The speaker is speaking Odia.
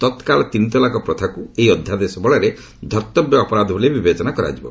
ତତ୍କାଳ ତିନି ତଲାକ ପ୍ରଥାକୁ ଏହି ଅଧ୍ୟାଦେଶ ବଳରେ ଧର୍ଭବ୍ୟ ଅପରାଧ ବୋଲି ବିବେଚନା କରାଯିବ